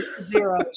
Zero